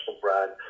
brand